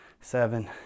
seven